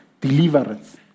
deliverance